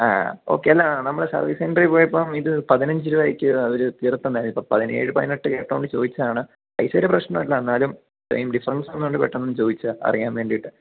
ആ ഓക്കെ അല്ല നമ്മൾ സർവീസ് സെൻററിൽ പോയപ്പം ഇത് പതിനഞ്ച് രൂപക്ക് അവർ തീർത്തതന്നായിരുന്നു ഇപ്പം പതിനേഴ് പതിനെട്ട് കേട്ടതുകൊണ്ട് ചോദിച്ചതാണ് പൈസ ഒരു പ്രശ്നം അല്ല എന്നാലും സെയിം ഡിഫറൻസ് വന്നതുകൊണ്ട് പെട്ടെന്ന് ചോദിച്ചതാണ് അറിയാൻ വേണ്ടിയിട്ട്